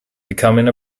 becoming